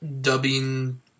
dubbing